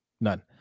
None